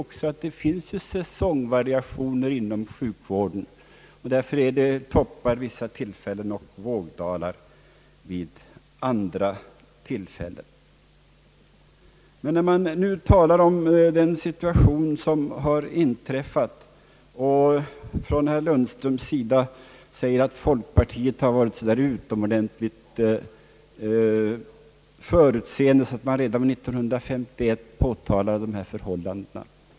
Vi vet att det finns säsongvariationer inom sjukvården, och därför blir det toppar vid vissa tillfällen och vågdalar vid andra tillfällen. Herr Lundström talar om den situation som har uppkommit och säger att folkpartiet har varit så utomordentligt förutseende att man redan år 1951 påtalade dessa förhållanden.